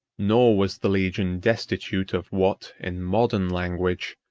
nor was the legion destitute of what, in modern language,